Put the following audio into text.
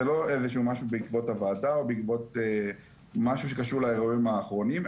זה לא איזה משהו בעקבות הוועדה או בעקבות משהו שקשור לאירועים האחרונים,